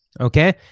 okay